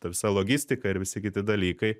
ta visa logistika ir visi kiti dalykai